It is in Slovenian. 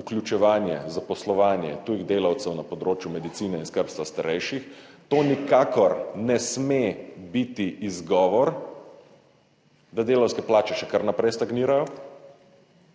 vključevanje, zaposlovanje tujih delavcev na področju medicine in skrbstva starejših, to nikakor ne sme biti izgovor, da delavske plače še kar naprej stagnirajo,